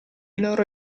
loro